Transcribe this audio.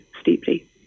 steeply